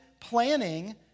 planning